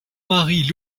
marie